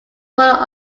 follow